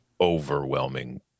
overwhelming